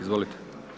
Izvolite.